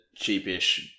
cheapish